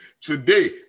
Today